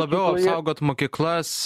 labiau apsaugot mokyklas